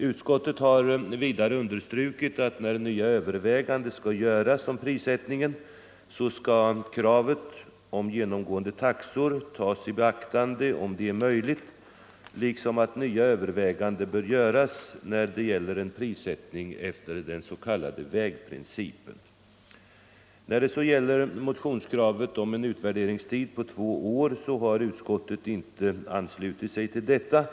Utskottet har vidare understrukit att när nya överväganden skall göras om prissättningen skall kravet om genomgående taxor tas i beaktande om det är möjligt, liksom att nya överväganden bör göras när det gäller en prissättning efter den s.k. vägprincipen. När det så gäller motionskravet om en utvärderingsperiod på två år har utskottet inte anslutit sig till detta krav.